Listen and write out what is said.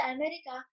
America